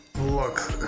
Look